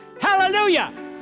hallelujah